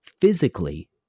physically